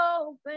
open